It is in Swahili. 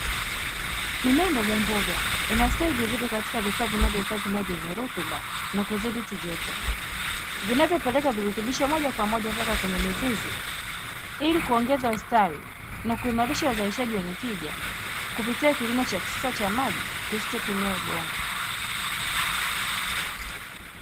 Kilimo cha mbogamboga kinastawi vizuri katika vifaa vinavyohifadhi maji yenye rutuba na kudhibiti joto vinavyopeleka virutubisho moja kwa moja mpaka kwenye mizizi ili kuongeza ustawi na kuimarisha uzalishaji wenye tija kupitia kilimo cha kisasa cha maji kisichotumia udongo